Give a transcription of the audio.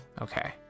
Okay